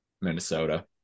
Minnesota